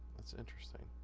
it's interesting